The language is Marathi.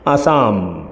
आसाम